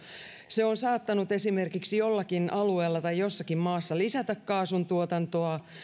se on saattanut esimerkiksi jollakin alueella tai jossakin maassa lisätä kaasuntuotantoa